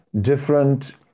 different